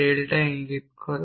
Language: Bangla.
বা ডেল্টা ইঙ্গিত করে